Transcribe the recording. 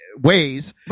ways